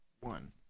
one